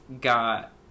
got